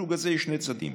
לפילוג הזה יש שני צדדים,